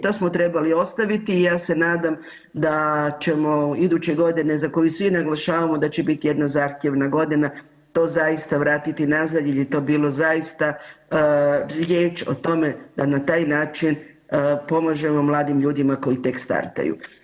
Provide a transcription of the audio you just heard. To smo trebali ostaviti i ja se nadam da ćemo iduće godine, za koju svi naglašavamo da će biti jedna zahtjevna godina, to zaista vratiti nazad jer je to bilo zaista riječ o tome da na taj način pomažemo mladim ljudima koji tek startaju.